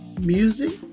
music